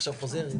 עכשיו חוזר,